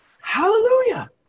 Hallelujah